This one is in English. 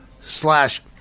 Slash